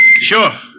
sure